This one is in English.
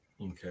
Okay